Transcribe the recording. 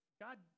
God